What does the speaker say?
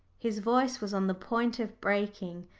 his voice was on the point of breaking,